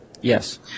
Yes